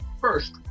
first